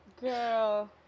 girl